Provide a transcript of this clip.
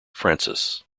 francis